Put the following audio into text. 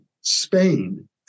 Spain